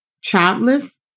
Childless